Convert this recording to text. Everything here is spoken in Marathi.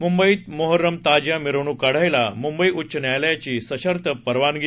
मुंबईत मोहर्रम ताजिया मिरवणूक काढायला मुंबई उच्च न्यायालयाची सशर्त परवानगी